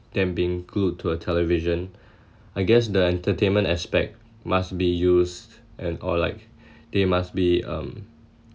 them being glued to a television I guess the entertainment aspect must be used and or like they must be um